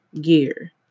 gear